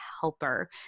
helper